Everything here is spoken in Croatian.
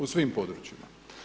U svim područjima.